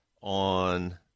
on